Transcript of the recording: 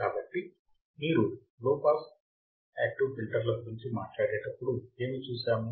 కాబట్టి మీరు low pass active ఫిల్టర్ల గురించి మాట్లాడేటప్పుడు ఏమి చూశాము